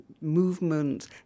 movement